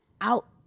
out